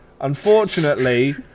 unfortunately